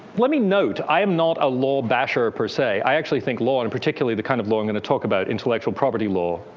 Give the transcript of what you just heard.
let me note, i am not a law-basher, per se. i actually think law, and particularly the kind of law i'm going to talk about, intellectual property law,